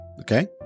Okay